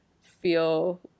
feel